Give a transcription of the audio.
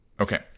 Okay